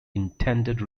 intended